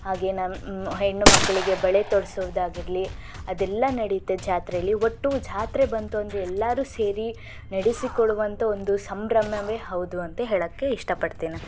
ಹಾಗೆ ನಮ್ಮ ಹೆಣ್ಣು ಮಕ್ಕಳಿಗೆ ಬಳೆ ತೊಡಿಸೋದಾಗಿರ್ಲಿ ಅದೆಲ್ಲ ನಡ್ಯುತ್ತೆ ಜಾತ್ರೇಲಿ ಒಟ್ಟು ಜಾತ್ರೆ ಬಂತು ಅಂದರೆ ಎಲ್ಲರೂ ಸೇರಿ ನೆಡೆಸಿಕೊಡುವಂಥ ಒಂದು ಸಂಭ್ರಮವೇ ಹೌದು ಅಂತ ಹೇಳೋಕ್ಕೆ ಇಷ್ಟಪಡ್ತೀನಿ